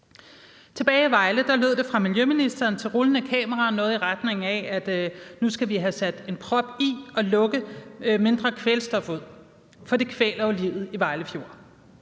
Tilbage i Vejle lød der fra miljøministeren for rullende kameraer noget i retning af, at nu skal vi have sat en prop i og lukke mindre kvælstof ud, for det kvæler jo livet i Vejle Fjord.